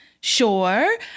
sure